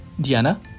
Diana